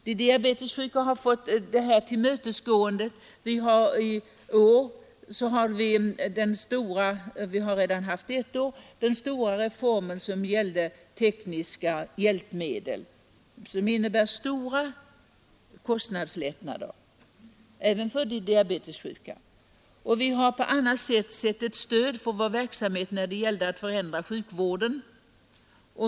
De diabetessjuka har visats stort tillmötesgående. Den stora reformen beträffande tekniska hjälpmedel har redan gällt i ett år. Den innebär stora kostnadslättnader även för de diabetessjuka. Vi har också på annat sätt fått stöd för vår verksamhet för att förändra sjukvården.